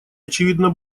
очевидно